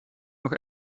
noch